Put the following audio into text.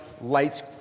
lights